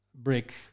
Brick